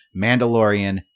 Mandalorian